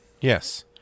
Yes